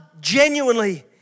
genuinely